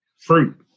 fruit